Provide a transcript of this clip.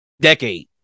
decade